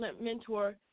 mentor